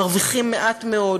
מרוויחים מעט מאוד,